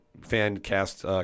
fan-cast